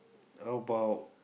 how about